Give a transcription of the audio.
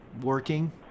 working